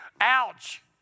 Ouch